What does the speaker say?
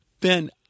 Ben